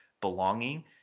belonging